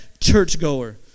churchgoer